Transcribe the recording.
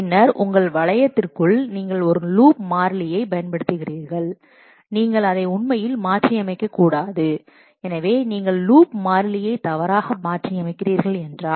பின்னர் உங்கள் வளையத்திற்குள் நீங்கள் ஒரு லூப் மாறிலியைப் பயன்படுத்தியிருக்கிறீர்கள் நீங்கள் அதை உண்மையில் மாற்றியமைக்கக் கூடாது எனவே நீங்கள் ஒரு லூப் மாறிலியை தவறாக மாற்றியமைக்கிறீர்கள் என்றால்